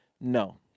no